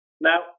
Now